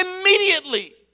immediately